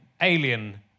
alien